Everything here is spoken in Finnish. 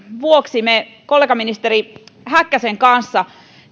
vuoksi me kollegaministeri häkkäsen kanssa